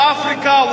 Africa